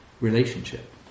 relationship